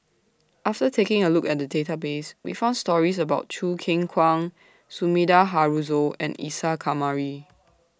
after taking A Look At The Database We found stories about Choo Keng Kwang Sumida Haruzo and Isa Kamari